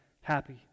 happy